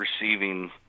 receiving